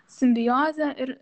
simbiozė ir